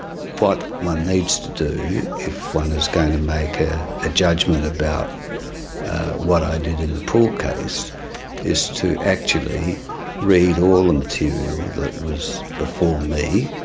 what one needs to do if one is going to make a judgment about what i did in the puhle case is to actually read all the and material that was before me,